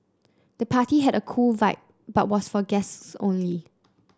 the party had a cool vibe but was for guests only